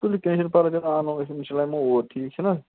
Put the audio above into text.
تُلیو کیٚنٛہہ چھُنہٕ پرواے اگر آو موکہٕ أسۍ یمو اِنشاءاللہ یِمو اورۍ ٹھیٖک چھُنا